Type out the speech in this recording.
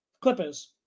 Clippers